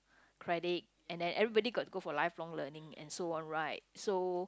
credit and then everybody got go for lifelong learning and so on right so